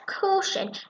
caution